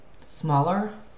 Smaller